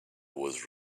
was